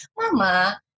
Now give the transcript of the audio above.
Mama